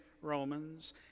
Romans